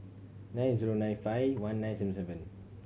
nine zero nine five one nine seven seven